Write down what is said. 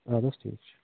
اَدٕ حظ ٹھیٖک چھُ